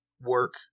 work